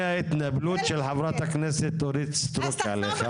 ההתנפלות של חברת הכנסת אורית סטרוק עליך